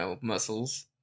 muscles